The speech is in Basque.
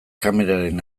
kameraren